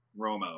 Romo